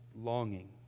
longing